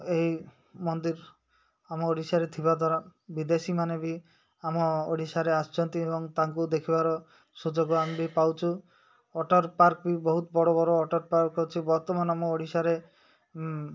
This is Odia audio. ଏହି ମନ୍ଦିର ଆମ ଓଡ଼ିଶାରେ ଥିବା ଦ୍ୱାରା ବିଦେଶୀ ମାନେ ବି ଆମ ଓଡ଼ିଶାରେ ଆସୁଛନ୍ତି ଏବଂ ତାଙ୍କୁ ଦେଖିବାର ସୁଯୋଗ ଆମେ ବି ପାଉଛୁ ୱାଟର୍ ପାର୍କ ବି ବହୁତ ବଡ଼ ବଡ଼ ୱାଟର୍ ପାର୍କ ଅଛି ବର୍ତ୍ତମାନ ଆମ ଓଡ଼ିଶାରେ